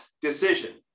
decision